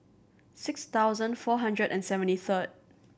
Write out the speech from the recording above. six thousand four hundred and seventy third